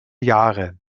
jahre